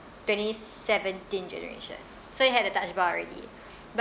twenty seventeen generation so it had a touch bar already but